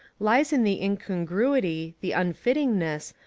lies in the incongruity, the unfitting ness,